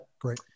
Great